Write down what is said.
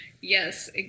yes